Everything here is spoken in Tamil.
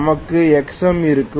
நமக்கு Xm இருக்கும்